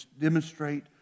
demonstrate